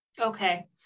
Okay